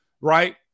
right